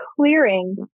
clearing